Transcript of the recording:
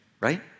right